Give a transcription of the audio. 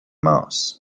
mars